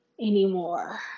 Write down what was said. anymore